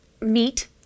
meat